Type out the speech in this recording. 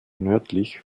nördlich